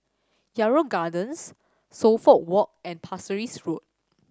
Yarrow Gardens Suffolk Walk and Pasir Ris Road